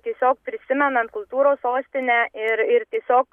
tiesiog prisimenant kultūros sostinę ir ir tiesiog